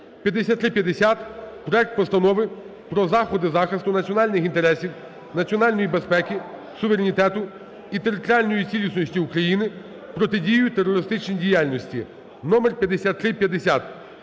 5350 проект Постанови про заходи захисту національних інтересів, національної безпеки, суверенітету і територіальної цілісності України, протидії терористичній діяльності (номер